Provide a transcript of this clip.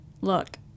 look